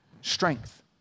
Strength